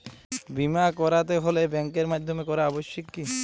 বিমা করাতে হলে ব্যাঙ্কের মাধ্যমে করা আবশ্যিক কি?